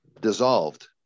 dissolved